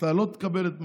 אתה לא תקבל את מה,